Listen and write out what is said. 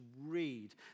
read